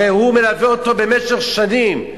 הרי הוא מלווה אותו במשך שנים.